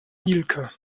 mielke